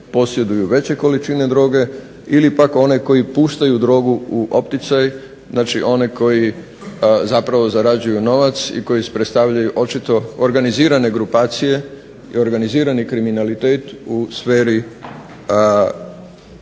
posjeduju veće količine droge ili pak one koji puštaju drogu u opticaj znači oni koji zapravo zarađuju novac i koji predstavljaju očito organizirane grupacije i organizirani kriminalitet u sferi prometa